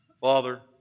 Father